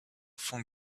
fond